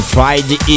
Friday